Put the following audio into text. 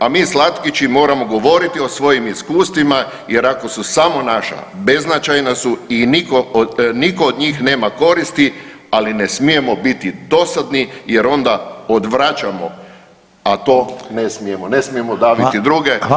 A mi slatkići moramo govoriti o svojim iskustvima jer ako su samo naša, beznačajna su i nitko od njih nema koristi, ali ne smijemo biti dosadni jer onda odvraćamo, a to ne smijemo [[Upadica: Hvala lijepo.]] ne smijemo daviti druge.